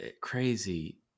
crazy